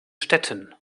städten